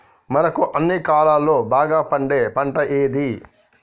మనకు అన్ని కాలాల్లో బాగా పండే పంట ఏది?